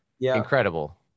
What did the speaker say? incredible